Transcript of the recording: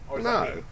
No